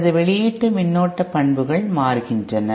எனது வெளியீடுமின்னோட்ட பண்புகள் மாறுகின்றன